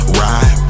ride